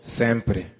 sempre